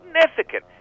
significant